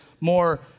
more